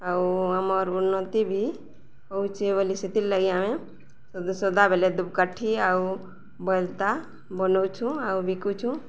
ଆଉ ଆମର ଉନ୍ନତି ବି ହଉଚେ ବୋଲି ସେଥିର୍ଲାଗି ଆମେ ସଦାବେଲେ ଧୁପକାଠି ଆଉ ବଏଲତା ବନଉଛୁଁ ଆଉ ବିକୁଛୁଁ